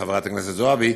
חברת הכנסת זועבי,